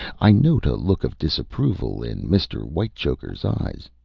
i note a look of disapproval in mr. whitechoker's eyes.